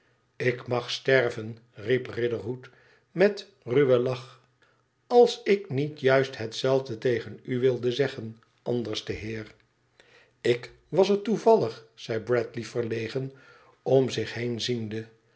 ik mag sterven riep riderhood met een ruwen lach als ik niet juist hetzelfde tegen u wilde zeggen anderste heer ik was er toevallig zei bradley verlegen om zich heen ziende